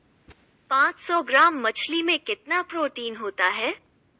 पांच सौ ग्राम मछली में कितना प्रोटीन होता है?